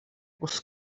was